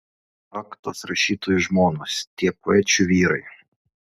ak tos rašytojų žmonos tie poečių vyrai